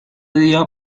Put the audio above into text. día